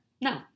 No